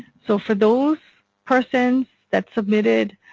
so for those persons that submitted